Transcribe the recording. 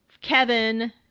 Kevin